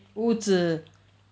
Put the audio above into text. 屋子